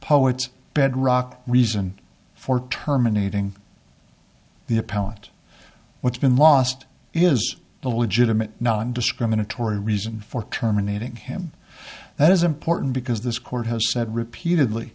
poet's bedrock reason for terminating the appellant what's been lost is the legitimate nondiscriminatory reason for terminating him that is important because this court has said repeatedly